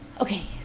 Okay